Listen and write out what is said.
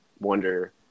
wonder